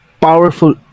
powerful